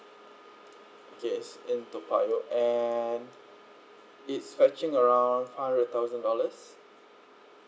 okay it's in toa payoh and it's stretching around five hundred thousand dollars